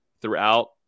throughout